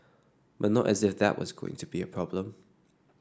but not as if that was going to be a problem